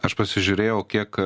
aš pasižiūrėjau kiek